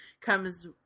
comes